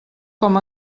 com